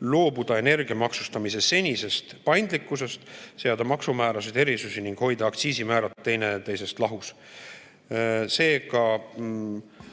loobuda energia maksustamise senisest paindlikkusest, seada maksumäärasid, ‑erisusi ning hoida aktsiisimäärad teineteisest lahus.